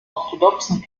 orthodoxen